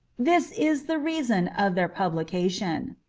this is the reason of their publication.